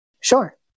Sure